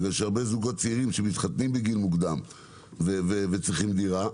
יש הרבה זוגות צעירים שמתחתנים בגיל מוקדם וצריכים דירה,